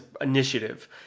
initiative